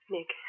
Nick